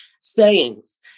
sayings